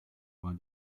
war